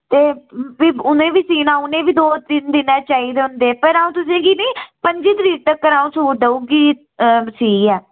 ते उ'नें बी सीना उ'ने ईं बी दो दिनें ई चाहिदे होंदे पर अ'ऊं तुसें गी निं पं'जी तरीक तक्कर अ'ऊं सूट देई ओड़गी सीयै